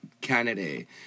candidate